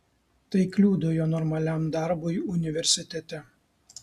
tai kliudo jo normaliam darbui universitete